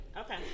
Okay